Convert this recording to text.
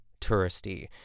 touristy